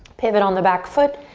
pivot on the back foot,